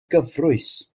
gyfrwys